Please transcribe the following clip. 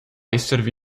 esservi